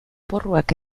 porruak